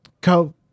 go